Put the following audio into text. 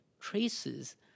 traces